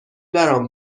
برام